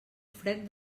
fred